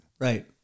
Right